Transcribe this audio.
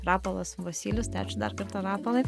rapolas vosylius tai ačiū dar kartą rapolai